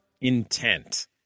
intent